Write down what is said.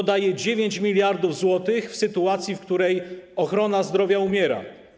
To daje 9 mld zł w sytuacji, w której ochrona zdrowia umiera.